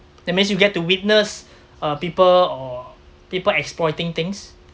that means you get to witness uh people or people exploiting things